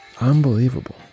Unbelievable